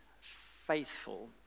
faithful